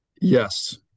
Yes